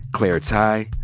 claire tighe,